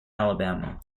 alabama